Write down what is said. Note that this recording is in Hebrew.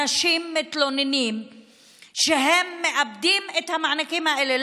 אנשים מתלוננים שהם מאבדים את המענקים האלה,